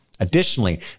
Additionally